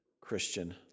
Christian